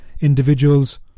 individuals